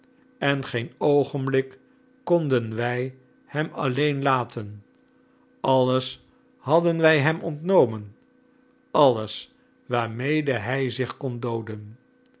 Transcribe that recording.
en geen oogenblik konden wij hem alleen laten alles hadden wij hem ontnomen alles waarmede hij zich kon dooden